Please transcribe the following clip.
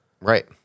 right